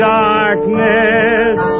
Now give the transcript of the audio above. darkness